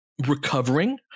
recovering